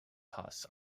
costs